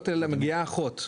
מגיעה אחות,